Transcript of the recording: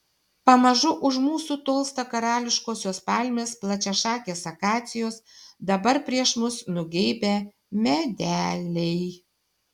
pamažu už mūsų tolsta karališkosios palmės plačiašakės akacijos dabar prieš mus nugeibę medeliai